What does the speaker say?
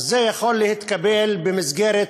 אז זה יכול להתקבל במסגרות